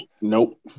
Nope